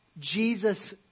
Jesus